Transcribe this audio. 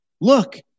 Look